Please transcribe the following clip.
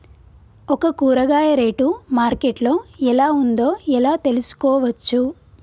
ఒక కూరగాయ rate market లో ఎలా ఉందో ఎలా తెలుసుకోవచ్చు?